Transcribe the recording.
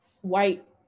white